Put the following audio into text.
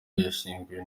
yashyinguwe